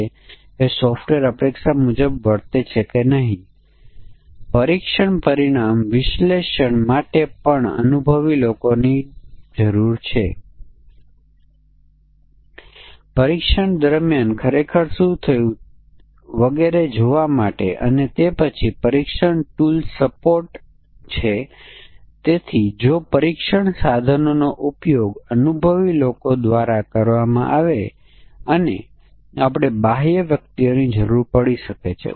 અને HR માટે નીતિ એ છે કે જો અરજદાર 0 થી 12 વર્ષની વયની હોય તો આપણે નોકરીએ રાખતા નથી જો અરજદારની ઉંમર 12 થી 18 વર્ષની વચ્ચે હોય તો આપણે ફક્ત ઇન્ટર્ન તરીકે રાખી શકીએ છીએ અને જો તે 18 થી 65 ની વચ્ચે હોય તો આપણે પૂર્ણ સમય રાખી શકીએ છીએ અને 65 ઉપર આપણે રાખતા નથી